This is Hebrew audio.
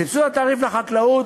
סבסוד התעריף לחקלאות,